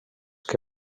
que